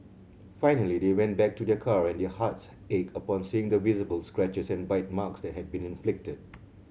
finally they went back to their car and their hearts ached upon seeing the visible scratches and bite marks that had been inflicted